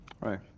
right